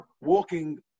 walking